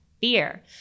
fear